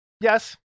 yes